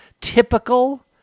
typical